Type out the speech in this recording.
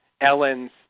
Ellen's